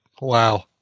Wow